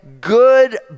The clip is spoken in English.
good